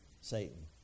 Satan